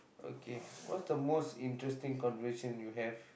okay what's the most interesting conversation you have